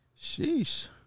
Sheesh